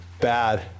bad